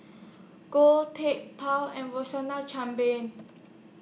Goh Teck Phuan and Chan Pang